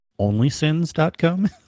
OnlySins.com